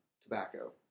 tobacco